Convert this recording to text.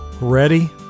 Ready